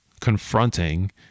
confronting